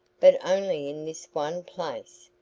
but only in this one place.